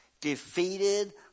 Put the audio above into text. defeated